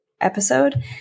episode